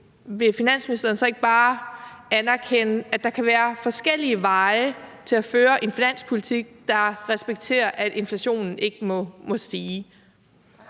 vil finansministeren så ikke bare anerkende, at der kan være forskellige veje til at føre en finanspolitik, der respekterer, at inflationen ikke må stige?